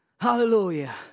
Hallelujah